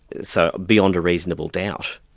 so beyond a reasonable doubt.